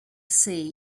say